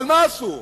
אבל מה עשו?